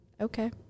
Okay